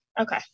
Okay